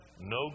no